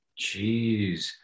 Jeez